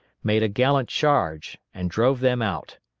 made a gallant charge, and drove them out.